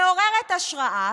מעוררת השראה,